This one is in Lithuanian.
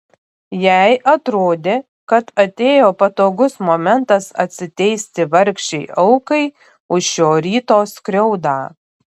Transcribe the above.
jai atrodė kad atėjo patogus momentas atsiteisti vargšei aukai už šio ryto skriaudą